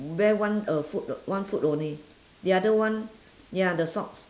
wear one uh foot on~ one foot only the other one ya the socks